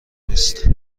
نیست